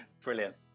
brilliant